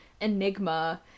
enigma